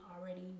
already